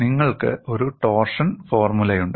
നിങ്ങൾക്ക് ഒരു ടോർഷൻ ഫോർമുലയുണ്ട്